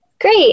Great